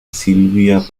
sylvia